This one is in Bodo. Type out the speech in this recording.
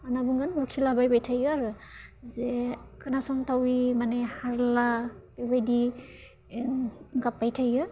मा होन्ना बुंगोन बखिलाबायबाय थायो आरो जे खोनासंथावयि माने हारला बेबायदि गाबबाय थायो